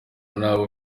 n’abo